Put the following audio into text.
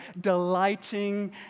delighting